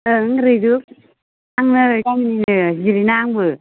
ओं रैरुब आं नै गामिनिनो जिरिना आंबो